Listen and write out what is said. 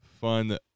fun